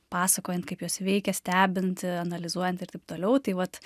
pasakojant kaip jos veikia stebint analizuojant ir taip toliau tai vat